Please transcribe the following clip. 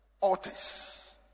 authors